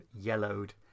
yellowed